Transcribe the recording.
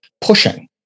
pushing